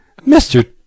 Mr